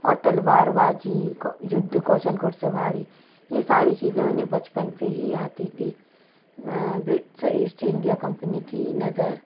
और तलवारबाजी को युद्ध कौशल घुड़सवारी ये सारी चीज़ें उन्हें बचपन से ही आती थीं ब्रिट से ईस्ट इंडिया कम्पनी की नज़र